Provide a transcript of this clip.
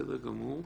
בסדר גמור.